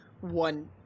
one